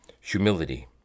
humility